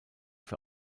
für